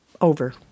Over